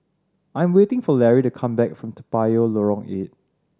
I'm waiting for Larry to come back from Toa Payoh Lorong Eight